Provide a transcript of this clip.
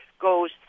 goes